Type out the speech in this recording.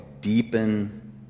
deepen